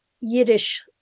Yiddish